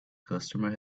customer